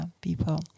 people